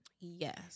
Yes